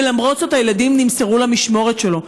ולמרות זאת הילדים נמסרו למשמורת שלו.